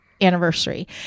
anniversary